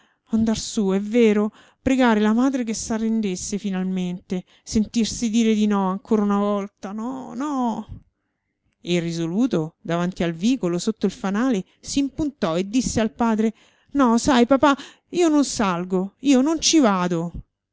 tormento andar su è vero pregare la madre che s'arrendesse finalmente sentirsi dire di no ancora una volta no no e risoluto davanti al vicolo sotto il fanale s'impuntò e disse al padre no sai papà io non salgo io non ci vado